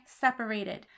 separated